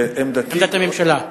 עמדת הממשלה.